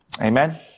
Amen